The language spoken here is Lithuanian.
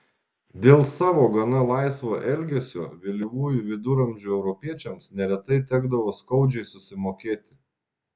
dėl savo gana laisvo elgesio vėlyvųjų viduramžių europiečiams neretai tekdavo skaudžiai susimokėti